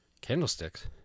Candlesticks